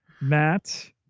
matt